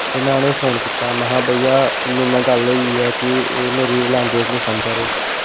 ते में उनें फोन कीता महां इयां इयां गल्ल होई ऐ कि एह् मेरी लैंगवेज नी समझा दे